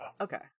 okay